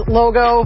logo